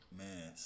man